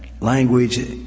language